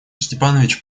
степанович